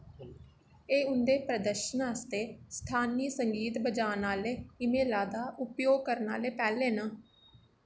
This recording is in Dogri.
एह् उं'दे प्रदर्शन आस्तै स्थानी संगीत बजान आह्ले ईमेल दा उपयोग करन आह्ले पैह्ले न